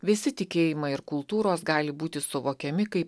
visi tikėjimai ir kultūros gali būti suvokiami kaip